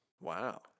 wow